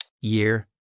year